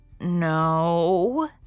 No